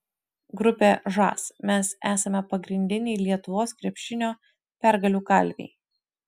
grupė žas mes esame pagrindiniai lietuvos krepšinio pergalių kalviai